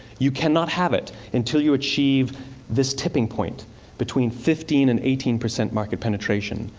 you cannot have it until you achieve this tipping point between fifteen and eighteen percent market penetration,